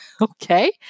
Okay